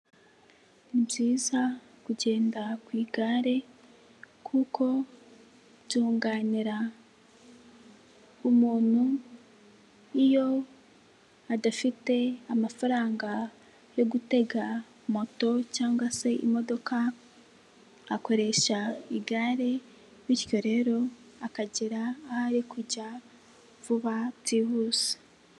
Ni byiza kugenda ku igare kuko byunganira umuntu iyo adafite amafaranga yo gutega moto cyangwa se imodoka akoresha igare bityo rero akagera aho ari kujya vuba byihuse.